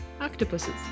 octopuses